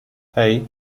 hej